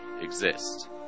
exist